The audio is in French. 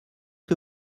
que